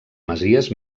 masies